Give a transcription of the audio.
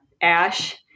Ash